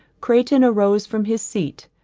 crayton arose from his seat,